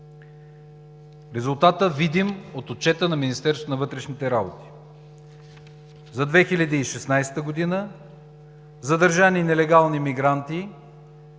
Резултатът, видим от отчета на Министерството на вътрешните работи: за 2016 г. задържани нелегални мигранти